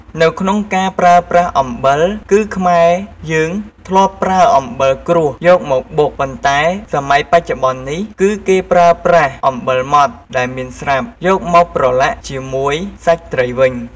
នៅក្នុងការប្រើប្រាស់អំបិល គឺខ្មែរយើងធ្លាប់ប្រើអំបិលគ្រួសយកទៅបុក ប៉ុន្តែសម័យបច្ចុប្បន្ននេះ គឺគេប្រើប្រាស់អំបិលម៉ត់ដែលមានស្រាប់យកមកប្រឡាក់ជាមួយសាច់ត្រីវិញ។